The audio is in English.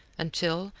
until,